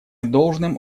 должным